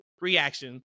reaction